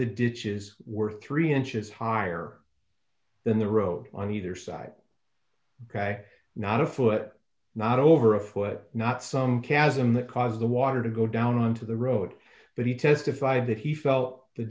the ditches were three inches higher than the road on either side ok not a foot not over a foot not some chasm that caused the water to go down on to the road that he testified that he felt the